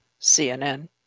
CNN